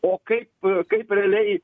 o kaip kaip realiai